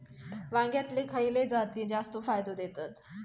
वांग्यातले खयले जाती जास्त फायदो देतत?